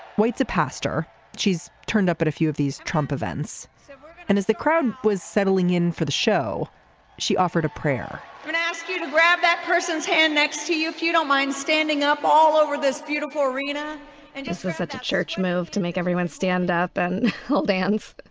waits a pastor she's turned up at a few of these trump events so and as the crowd was settling in for the show she offered a prayer and ask you to grab that person's hand next to you if you don't mind standing up all over this beautiful arena and just was a church move to make everyone stand up and hold hands